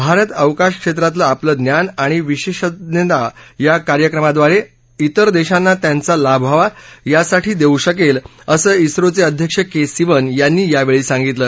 भारत अवकाश क्षेत्रातलं आपलं ज्ञान आणि विशेषतज्ञता या कार्यक्रमाद्वारे इतर देशांना त्यांचा लाभ व्हावा यासाठी देऊ शकेल असं इस्रोघे अध्यक्ष के सिवन यांनी यावेळी सांगितलं